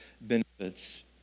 benefits